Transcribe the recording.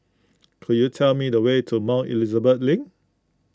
could you tell me the way to Mount Elizabeth Link